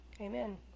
Amen